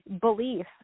Belief